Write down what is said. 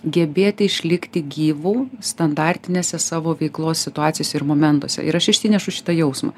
gebėti išlikti gyvu standartinėse savo veiklos situacijose ir momentuose ir aš išsinešu šitą jausmą